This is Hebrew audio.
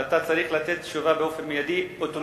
ואתה צריך לתת תשובה באופן מיידי-אוטומטי.